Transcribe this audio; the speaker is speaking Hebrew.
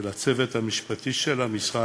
ולצוות המשפטי של המשרד,